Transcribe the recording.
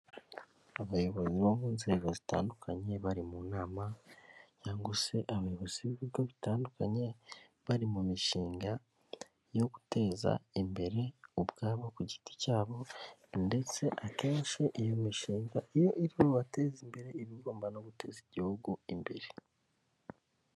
Abayobozi bo mu nzego zitandukanye bari mu nama cyangwa se abayobozi b'ibigo bitandukanye bari mu mishinga yo guteza imbere ubwabo ku giti cyabo, ndetse akenshi iyo mishinga iyo iyo iri mu bateza imbere iba igomba no guteza igihugu imbere.